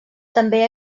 també